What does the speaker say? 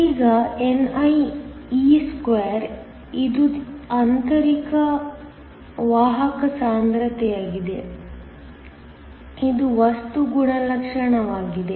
ಈಗ nie2 ಇದು ಆಂತರಿಕ ವಾಹಕ ಸಾಂದ್ರತೆಯಾಗಿದೆ ಇದು ವಸ್ತು ಗುಣಲಕ್ಷಣವಾಗಿದೆ